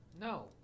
No